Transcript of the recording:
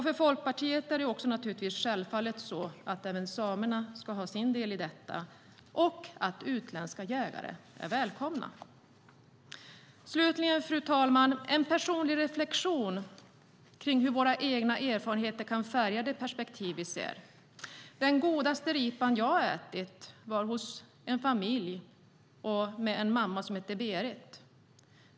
För Folkpartiet är det självklart att även samerna ska ha sin del i detta och att utländska jägare är välkomna. Slutligen, fru talman, vill jag göra en personlig reflexion kring hur våra egna erfarenheter kan färga det perspektiv vi ser. Den godaste ripa jag ätit åt jag hos en familj där mamman hette Berith.